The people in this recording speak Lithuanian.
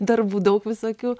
darbų daug visokių